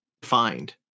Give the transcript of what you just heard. defined